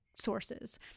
sources